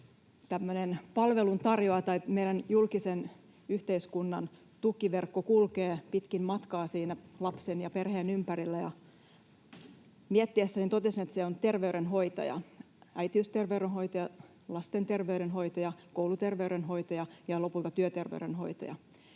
palvelun tarjoaa tai mikä meidän julkisen yhteiskunnan tukiverkko kulkee pitkin matkaa siinä lapsen ja perheen ympärillä. Ja miettiessäni totesin, että se on terveydenhoitaja: äitiysterveydenhoitaja, lasten terveydenhoitaja, kouluterveydenhoitaja ja lopulta työterveydenhoitaja.